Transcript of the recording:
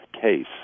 case